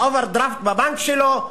האוברדרפט בבנק שלו,